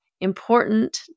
important